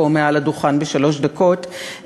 פה מעל הדוכן בשלוש דקות,